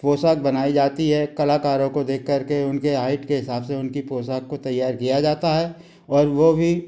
पोशाक बनाई जाती है कलाकारों को देखकर के उनके हाइट के हिसाब से उनकी पोशाक को तैयार किया जाता है और वो भी